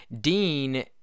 Dean